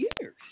years